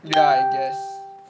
ya I guess